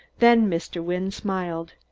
then mr. wynne smiled.